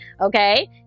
okay